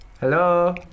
Hello